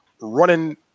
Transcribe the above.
running